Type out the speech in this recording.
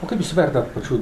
o kaip jūs vertinat pačių